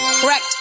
Correct